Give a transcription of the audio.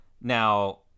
Now